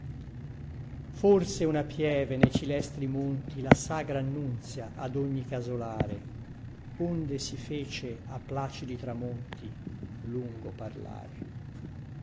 forse una pieve ne cilestri monti la sagra annunzia ad ogni casolare onde si fece a placidi tramonti lungo parlare